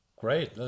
Great